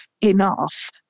enough